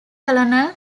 colonel